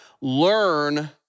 learn